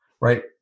Right